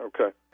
Okay